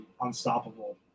unstoppable